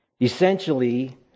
Essentially